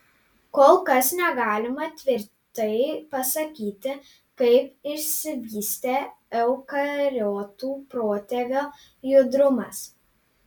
kol kas negalima tvirtai pasakyti kaip išsivystė eukariotų protėvio judrumas